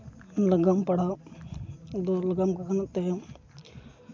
ᱱᱟᱜᱟᱢ ᱯᱟᱲᱦᱟᱜ ᱫᱚ